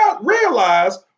realize